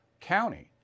County